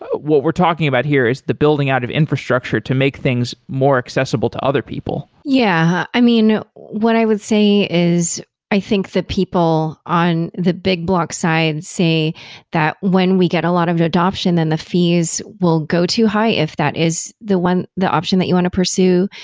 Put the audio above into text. what we're talking about here is the building out of infrastructure to make things more accessible to other people yeah. i mean, what i would say is i think that people on the big block side say that when we get a lot of adoption, then the fees will go too high, if that is the one the option that you want to pursue,